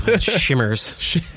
Shimmers